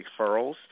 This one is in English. referrals